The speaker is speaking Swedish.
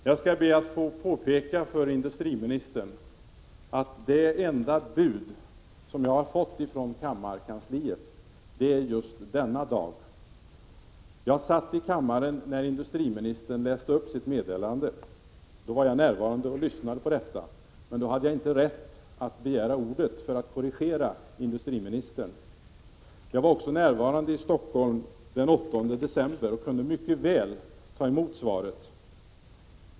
Herr talman! Jag skall be att få påpeka för industriministern att det enda bud som jag har fått från kammarkansliet har gällt just denna dag. Jag satt i kammaren när industriministern läste upp sitt meddelande. Jag var alltså närvarande och lyssnade på detta, men då hade jag inte rätt att begära ordet för att korrigera industriministern. Också den 8 december var jag i Stockholm och kunde mycket väl ha tagit emot svaret.